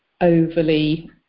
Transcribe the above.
overly